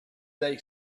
they